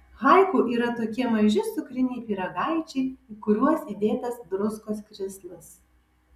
haiku yra tokie maži cukriniai pyragaičiai į kuriuos įdėtas druskos krislas